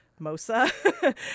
Mosa